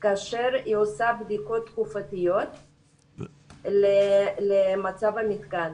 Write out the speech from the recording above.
כאשר היא עושה בדיקות תקופתיות למצב המתקן,